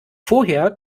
vorher